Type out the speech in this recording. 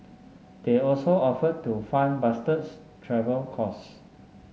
they also offered to fund Bastard's travel costs